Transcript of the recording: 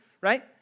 Right